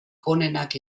onenak